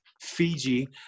Fiji